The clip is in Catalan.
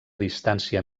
distància